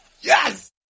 Yes